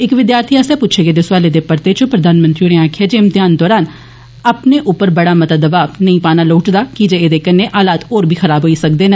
इक विद्यार्थी आस्सेआ पुच्छे गेदे सोआले दे परते च प्रधानमंत्री होरें आक्खेआ जे इम्तेयान दौरान अपने उप्पर बड़ा मता दबाव नेई पाना लोडचदा की जे ऐदे कन्नै हालात होर बी खराब होई सकदे न